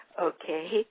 Okay